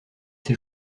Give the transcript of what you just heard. ses